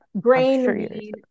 grain